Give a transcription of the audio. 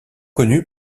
connu